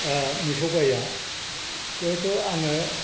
मोसौ गाया जिहेतु आङो